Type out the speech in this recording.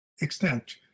extent